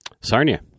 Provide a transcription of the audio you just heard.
Sarnia